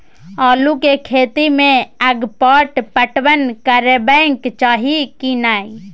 आलू के खेती में अगपाट पटवन करबैक चाही की नय?